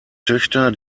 töchter